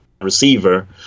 receiver